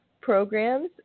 programs